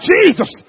Jesus